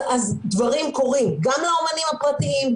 אז דברים קורים גם לאומנים הפרטיים,